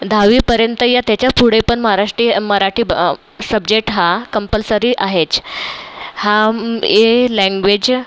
दहावीपर्यंत या त्याच्या पुढे पण महाराष्ट्रीय मराठी ब सब्जेक्ट हा कम्पल्सरी आहेच हाम् ए लँग्वेज